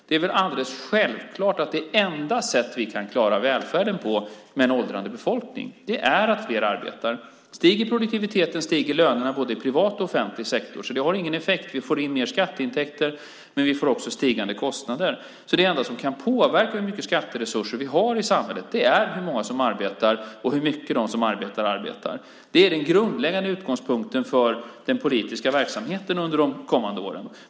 Det är väl alldeles självklart att det enda sätt vi kan klara välfärden på med en åldrande befolkning är att fler arbetar. Stiger produktiviteten, stiger lönerna i både privat och offentlig sektor, så det har ingen effekt. Vi får in mer skatteintäkter, men vi får också stigande kostnader. Det enda som kan påverka hur mycket skatteresurser vi har i samhället är hur många som arbetar och hur mycket de arbetar. Det är den grundläggande utgångspunkten för den politiska verksamheten under de kommande åren.